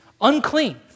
unclean